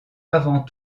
avant